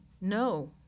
No